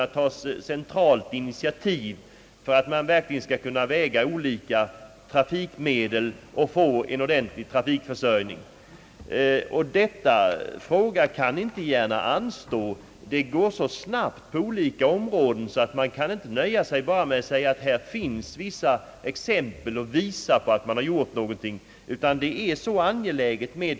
En sådan översikt är nödvändig för att det skall vara möjligt att väga olika trafikmedel mot varandra och få till stånd en god trafikförsörjning. Denna fråga kan inte anstå. Utvecklingen är så snabb på olika områden, att man inte kan nöja sig med att bara hänvisa till vissa utredningar.